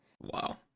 Wow